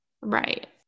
right